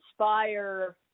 inspire